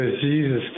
Jesus